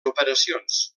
operacions